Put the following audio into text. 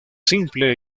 simple